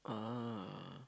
ah